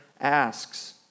asks